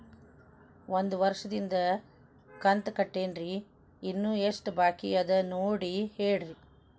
ಒಂದು ವರ್ಷದಿಂದ ಕಂತ ಕಟ್ಟೇನ್ರಿ ಇನ್ನು ಎಷ್ಟ ಬಾಕಿ ಅದ ನೋಡಿ ಹೇಳ್ರಿ